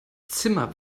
zimmer